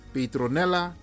Petronella